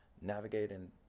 navigating